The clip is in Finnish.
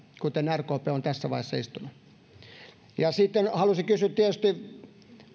kuten rkp on tässä vaiheessa istunut ja sitten haluaisin kysyä tietysti